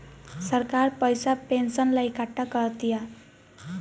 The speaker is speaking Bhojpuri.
सरकार पइसा पेंशन ला इकट्ठा करा तिया